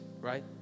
right